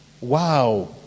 wow